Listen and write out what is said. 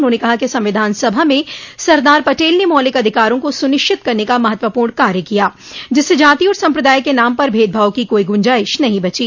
उन्होंने कहा कि संविधान सभा में सरदार पटेल ने मौलिक अधिकारों को सुनिश्चित करने का महत्वपूर्ण कार्य किया जिससे जाति और संप्रदाय के नाम पर भेदभाव की कोई गु जाइश नहीं बची